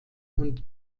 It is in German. und